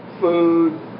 food